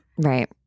Right